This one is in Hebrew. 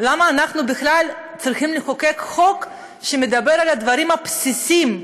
למה אנחנו בכלל צריכים לחוקק חוק שמדבר על הדברים הבסיסיים,